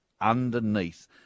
underneath